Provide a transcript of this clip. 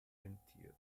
rentiert